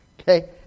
Okay